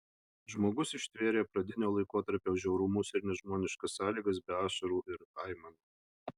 žmogus ištvėrė pradinio laikotarpio žiaurumus ir nežmoniškas sąlygas be ašarų ir aimanų